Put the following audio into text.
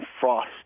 frost